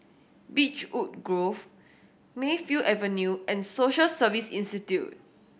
Beechwood Grove Mayfield Avenue and Social Service Institute